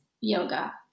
yoga